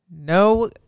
No